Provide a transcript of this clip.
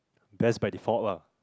best by default lah